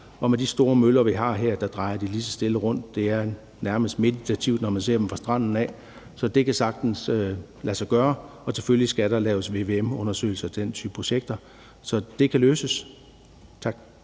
og med de store møller, vi har her, drejer de lige så stille rundt. Det er nærmest meditativt, når man ser dem fra stranden. Så det kan sagtens lade sig gøre. Og selvfølgelig skal der laves vvm-undersøgelser af den type projekter. Så det kan løses. Tak.